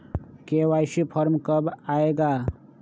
KYC form कब आए गा?